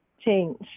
change